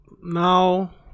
now